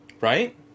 Right